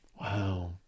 Wow